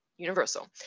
Universal